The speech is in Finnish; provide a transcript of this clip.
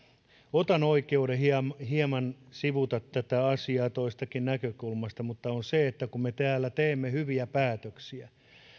otan siis oikeuden hieman sivuta tätä asiaa toisestakin näkökulmasta ja se on se että kun me täällä teemme hyviä päätöksiä